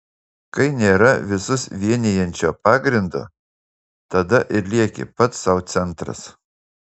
kai nėra visus vienijančio pagrindo tada ir lieki pats sau centras